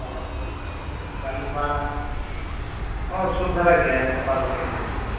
ᱦᱮᱸ ᱮᱱᱠᱷᱟᱱ ᱚᱱᱟ ᱦᱮᱸ ᱥᱩᱨ ᱫᱷᱟᱨᱟ ᱜᱮᱭᱟ ᱤᱱᱠᱟᱹ ᱵᱟᱨᱳ ᱛᱮᱨᱳ ᱠᱤᱞᱳᱢᱤᱴᱟᱨ ᱜᱟᱱ